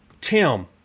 Tim